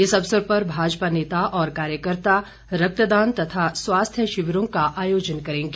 इस अवसर पर भाजपा नेता और कार्यकर्ता रक्तदान तथा स्वास्थ्य शिविरों का आयोजन करेंगे